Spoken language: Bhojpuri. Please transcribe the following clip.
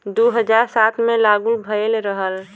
दू हज़ार सात मे लागू भएल रहल